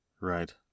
Right